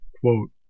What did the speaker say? quote